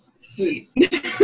Sweet